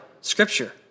scripture